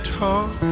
talk